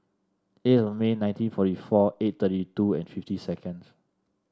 eight of May nineteen forty four twenty thirty two and fifty seconds